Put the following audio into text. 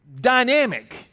dynamic